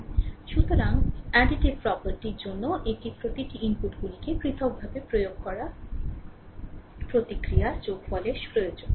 সুতরাং সংবেদনশীলতা সম্পত্তিটির অ্যাডিটিভ প্রপার্টি জন্য এটি প্রতিটি ইনপুটগুলিতে পৃথকভাবে প্রয়োগ হওয়া প্রতিক্রিয়ার যোগফলের প্রয়োজন